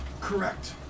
Correct